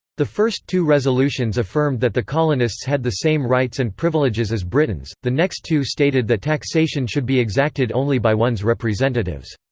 the first two resolutions affirmed that the colonists had the same rights and privileges as britons the next two stated that taxation should be exacted only by one's representatives.